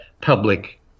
public